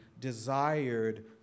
desired